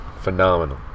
phenomenal